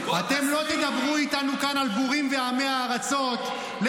הבאה שאתה על הבמה הזאת -- לא.